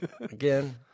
again